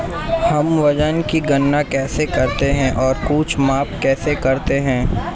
हम वजन की गणना कैसे करते हैं और कुछ माप कैसे करते हैं?